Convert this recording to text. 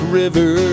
river